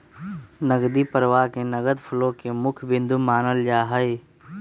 नकदी प्रवाह के नगद फ्लो के मुख्य बिन्दु मानल जाहई